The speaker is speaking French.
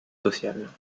sociales